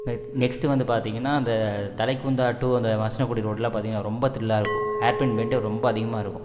neck next வந்து பார்த்தீங்கன்னா அந்த தலைக்குந்தா டூ அந்த மசனக்குடி ரோடெல்லாம் பார்த்தீங்கன்னா ரொம்ப திரில்லாக இருக்கும் ஹேர்பின் பெண்டு ரொம்ப அதிகமாக இருக்கும்